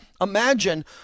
Imagine